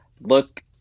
look